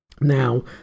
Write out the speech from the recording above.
Now